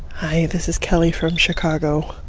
hi. this is kelly from chicago,